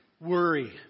worry